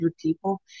people